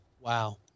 Wow